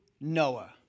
Noah